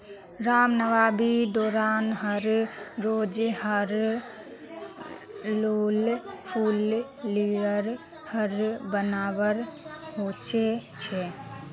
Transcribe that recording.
रामनवामी दौरान हर रोज़ आर हुल फूल लेयर हर बनवार होच छे